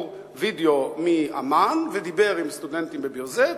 וידיאו מעמאן ודיבר עם סטודנטים מביר-זית,